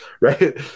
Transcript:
Right